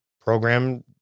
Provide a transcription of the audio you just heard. program